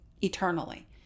eternally